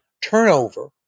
turnover